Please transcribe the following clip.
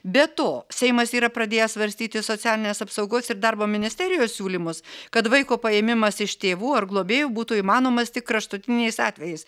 be to seimas yra pradėjęs svarstyti socialinės apsaugos ir darbo ministerijos siūlymus kad vaiko paėmimas iš tėvų ar globėjų būtų įmanomas tik kraštutiniais atvejais